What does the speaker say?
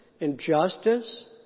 injustice